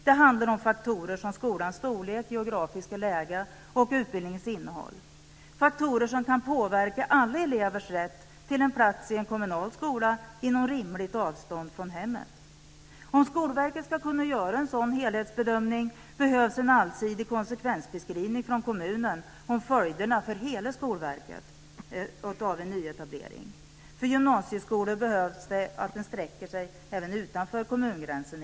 Det handlar om faktorer som skolans storlek, dess geografiska läge och utbildningens innehåll, faktorer som kan påverka alla elevers rätt till en plats i en kommunal skola inom rimligt avstånd från hemmet. Om Skolverket ska kunna göra en sådan helhetsbedömning behövs en allsidig konsekvensbeskrivning från kommunen om följderna för hela skolväsendet av en nyetablering. För gymnasieskolor behöver den ibland sträcka sig även utanför kommungränsen.